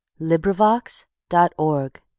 LibriVox.org